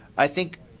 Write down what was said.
i think